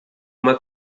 uma